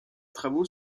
travaux